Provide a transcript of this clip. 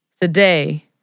today